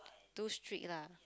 too strict lah